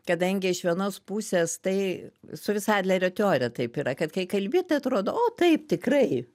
kadangi iš vienos pusės tai su visa adlerio teorija taip yra kad kai kalbi atrodo o taip tikrai